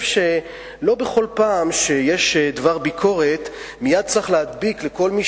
שלא בכל פעם שיש דבר ביקורת מייד צריך להדביק לכל מי